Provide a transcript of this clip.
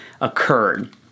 occurred